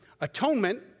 Atonement